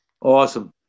Awesome